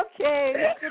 Okay